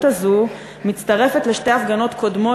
הזאת מצטרפת לאלימות בשתי הפגנות קודמות,